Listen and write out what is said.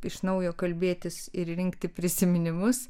iš naujo kalbėtis ir rinkti prisiminimus